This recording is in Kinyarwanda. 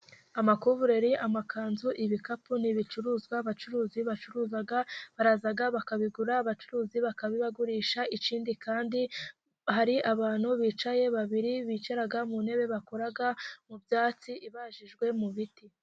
Amakuvureli, amakanzu, ibikapu n'ibicuruzwa abacuruzi bacuruza. Baraza bakabigura abacuruzi bakabibagurisha. Ikindi kandi hari abantu bicaye babiri bicara mu ntebe bakora mu byatsi, ibajijwe mu biti.